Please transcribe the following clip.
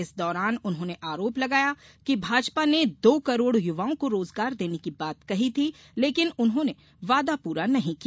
इस दौरान उन्होंने आरोप लगाया कि भाजपा ने दो करोड़ युवाओं को रोजगार देने की बात कही थी लेकिन उन्होंने वादा पूरा नहीं किया